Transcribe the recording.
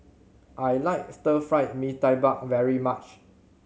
I like Stir Fry Mee Tai Mak very much